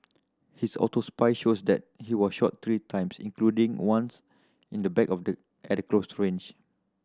his autopsy shows that he was shot three times including once in the back of the at close range